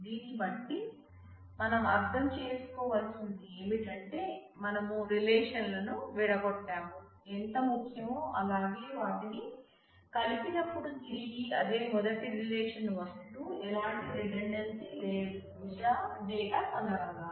దీన్ని బట్టి మనం అర్థం చేసుకోవలసింది ఏమిటంటే మనం రిలేషన్లను విడగొట్టటం ఎంత ముఖ్యమో అలాగే వాటిని కలిపినపుడు తిరిగి అదే మొదటి రిలేషన్ వస్తూ ఎలాంటి రిడండెన్సీ లేని డేటా పొందగలగాలి